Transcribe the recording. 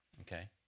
okay